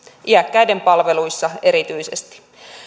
iäkkäiden palveluissa erityisesti